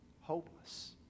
Hopeless